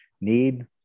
need